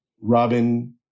Robin